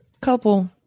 couple